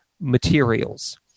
materials